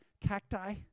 cacti